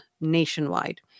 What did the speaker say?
nationwide